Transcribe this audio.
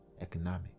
economic